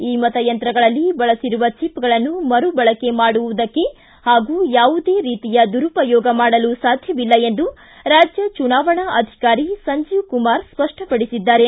ಈ ಮತಯಂತ್ರಗಳಲ್ಲಿ ಬಳಸಿರುವ ಚಿಪ್ಗಳನ್ನು ಮರುಬಳಕೆ ಮಾಡುವುದಕ್ಕೆ ಹಾಗೂ ಯಾವುದೇ ರೀತಿಯ ದುರುಪಯೋಗ ಮಾಡಲು ಸಾಧ್ಯವಿಲ್ಲ ಎಂದು ರಾಜ್ಯ ಚುನಾವಣಾ ಅಧಿಕಾರಿ ಸಂಜೀವ್ ಕುಮಾರ್ ಸ್ಪಷ್ಟಪಡಿಸಿದ್ದಾರೆ